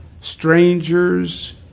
strangers